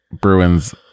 Bruins